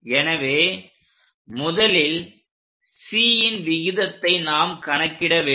எனவே முதலில் Cன் விகிதத்தை நாம் கணக்கிட வேண்டும்